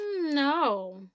No